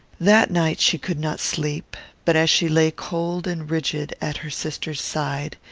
that night she could not sleep but as she lay cold and rigid at her sister's side,